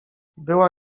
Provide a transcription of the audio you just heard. była